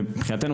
מבחינתנו,